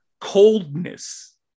coldness